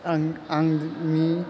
आं आंनि